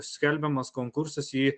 skelbiamas konkursas į